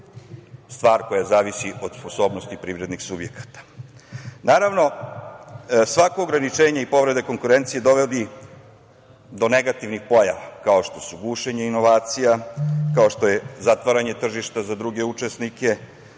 stvar koja zavisi od sposobnosti privrednih subjekata. Naravno, svako ograničenje i povreda konkurencije dovodi do negativnih pojava kao što su gušenje inovacija, kao što je zatvaranje tržišta za druge učesnike,